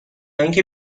اینکه